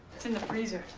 it's in the freezer.